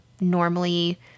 normally